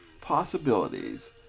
possibilities